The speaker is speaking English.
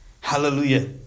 Hallelujah